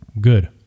Good